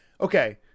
okay